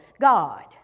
God